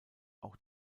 auch